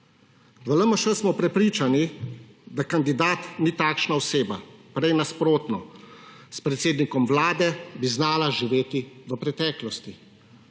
V LMŠ smo prepričani, da kandidat ni takšna oseba. Prej nasprotno. S predsednikom vlade bi znala živeti v preteklosti,